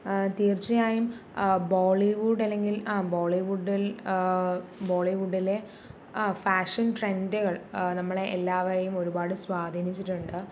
തീർച്ചയായും ബോളിവുഡ് അല്ലെങ്കിൽ ആ ബോളി വുഡിൽ ബോളിവുഡിലെ ആ ഫാഷൻ ട്രെൻറ്റുകൾ ആ നമ്മളെ എല്ലാവരേയും ഒരുപാട് സ്വാധീനിച്ചിട്ടുണ്ട്